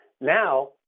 Now